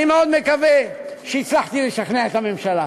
אני מאוד מקווה שהצלחתי לשכנע את הממשלה.